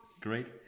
Great